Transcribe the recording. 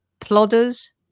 plodders